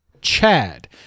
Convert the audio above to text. Chad